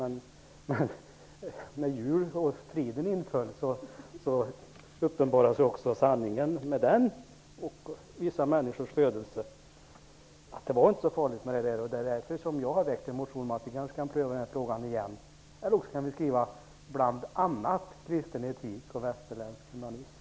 Men när julefriden inföll uppenbarade sig också sanningen -- att det var inte så farligt. Därför har jag väckt en motion om att frågan kanske bör prövas igen. Annars kan vi alltid skriva: bl.a. kristen etik och västerländsk humanism.